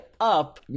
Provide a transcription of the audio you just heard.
up